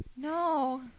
No